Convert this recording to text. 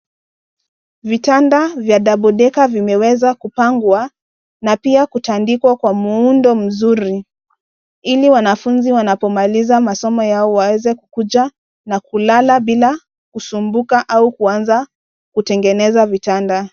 Vitanda vya double decker vimeweza kupangwa na pia kutandikwa kwa muundo mzuri ili wanafunzi wanapomaliza masomo yao waweze kukuja na kulala bila kusumbuka au kuanza kutengeneza vitanda.